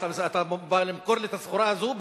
אתה בא למכור לי את הסחורה הזאת?